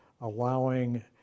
allowing